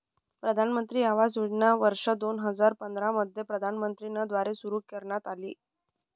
प्रधानमंत्री आवास योजना वर्ष दोन हजार पंधरा मध्ये प्रधानमंत्री न द्वारे सुरू करण्यात आली